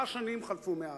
ארבע שנים חלפו מאז: